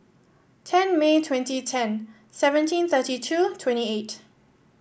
ten May twenty ten seventeen thirty two twenty eight